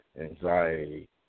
anxiety